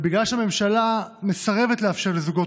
אבל בגלל שהממשלה מסרבת לאפשר לזוגות